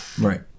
Right